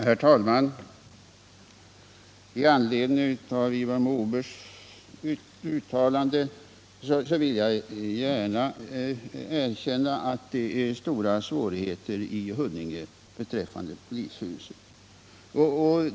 Herr talman! I anledning av Ivar Nordbergs uttalande vill jag gärna erkänna att man har stora svårigheter i Huddinge när det gäller polishuset.